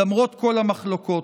למרות כל המחלוקות.